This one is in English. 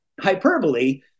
hyperbole